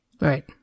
Right